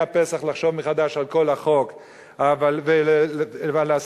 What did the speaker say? הפסח לחשוב מחדש על כל החוק ועל הסיבוכים.